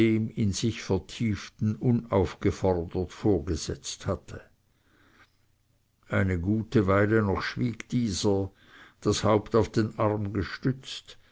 in sich vertieften unaufgefordert vorgesetzt hatte eine gute weile noch schwieg dieser das haupt auf den arm gestützt